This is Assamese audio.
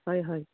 হয় হয়